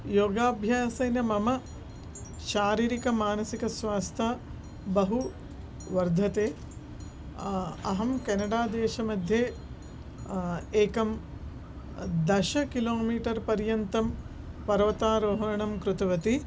योगाभ्यासेन मम शारीरकमानसिकस्वास्थ्यं बहु वर्धते अहं केनडादेशमध्ये एकं दशकिलोमिटर् पर्यन्तं पर्वतारोहणं कृतवती